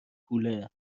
کوله